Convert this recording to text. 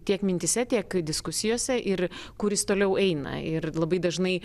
tiek mintyse tiek diskusijose ir kuris jis toliau eina ir labai dažnai